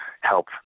help